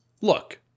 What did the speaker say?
look